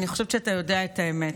אני חושבת שאתה יודע את האמת,